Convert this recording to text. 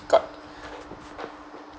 quite